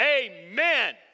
amen